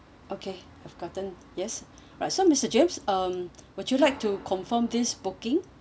okay have gotten yes alright so mister james um would you like to confirm this booking